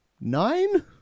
Nine